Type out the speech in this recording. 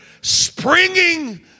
springing